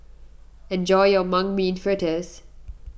enjoy your Mung Bean Fritters